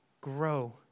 grow